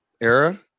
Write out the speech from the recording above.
era